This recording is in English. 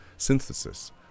synthesis